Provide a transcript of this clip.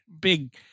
Big